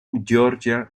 georgia